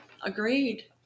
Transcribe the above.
Agreed